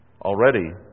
already